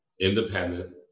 independent